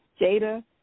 Jada